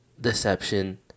Deception